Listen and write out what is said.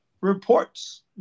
reports